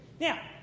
Now